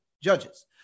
judges